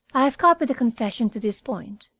i have copied the confession to this point,